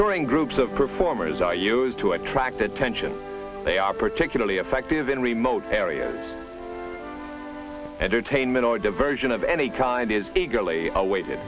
touring groups of performers are used to attract attention they are particularly effective in remote areas entertainment or diversion of any kind is